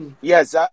Yes